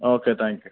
okay thank you